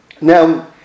Now